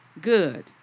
good